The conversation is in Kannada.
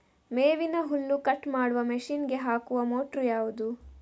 ಮೇವಿನ ಹುಲ್ಲು ಕಟ್ ಮಾಡುವ ಮಷೀನ್ ಗೆ ಹಾಕುವ ಮೋಟ್ರು ಯಾವುದು?